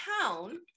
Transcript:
town